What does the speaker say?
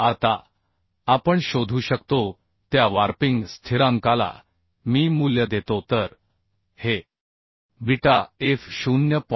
आता आपण शोधू शकतो त्या वार्पिंग स्थिरांकाला मी मूल्य देतो तर हे बीटा f 0